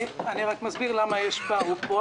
אני רק מסביר למה יש פער.